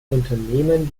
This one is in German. unternehmen